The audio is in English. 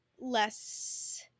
Less